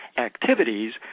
activities